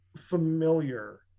familiar